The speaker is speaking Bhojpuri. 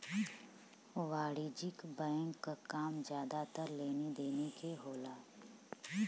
वाणिज्यिक बैंक क काम जादातर लेनी देनी के होला